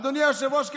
אדוני היושב-ראש,